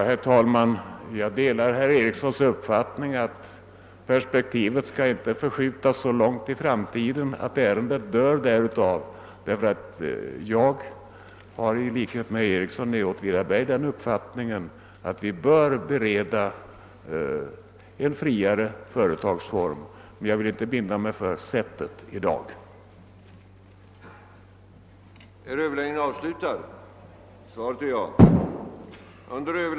Herr talman! Jag delar herr Ericssons i Åtvidaberg uppfattning att perspektivet inte skall förskjutas så långt in i framtiden att ärendet dör. I likhet med herr Ericsson anser jag att vi bör tillåta en friare företagsform för fabriksverken, men jag vill inte i dag binda mig för sättet att förverkliga den.